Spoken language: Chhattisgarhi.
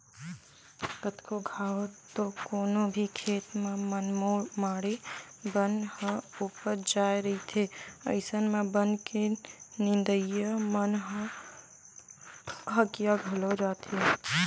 कतको घांव तो कोनो भी खेत म मनमाड़े बन ह उपज जाय रहिथे अइसन म बन के नींदइया मन ह हकिया घलो जाथे